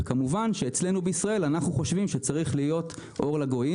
וכמובן שאצלנו בישראל אנחנו חושבים שצריך להיות אור לגויים